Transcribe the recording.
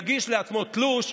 יגיש לעצמו תלוש,